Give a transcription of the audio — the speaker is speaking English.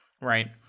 right